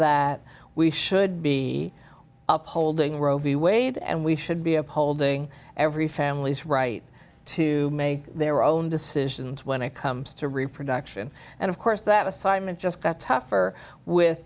that we should be upholding roe v wade and we should be upholding every family's right to make their own decisions when it comes to reproduction and of course that assignment just got tougher with